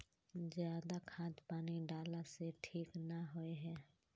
ज्यादा खाद पानी डाला से ठीक ना होए है?